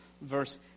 verse